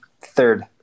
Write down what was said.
Third